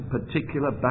Particular